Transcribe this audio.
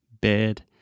bed